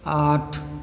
आठ